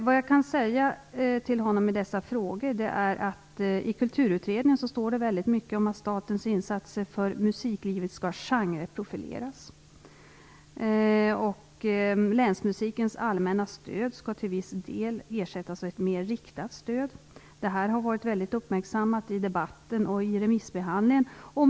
Vad jag kan säga till honom om dessa frågor är att det i Kulturutredningen står väldigt mycket om att statens insatser vad gäller musiklivet skall genreprofileras. Länsmusikens allmänna stöd skall till viss del ersättas av ett mer riktat stöd. Detta har varit mycket uppmärksammat i debatten och i remissbehandlingen.